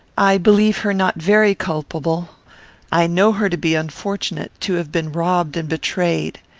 i believe her not very culpable i know her to be unfortunate to have been robbed and betrayed.